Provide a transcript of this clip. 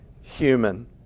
human